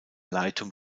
leitung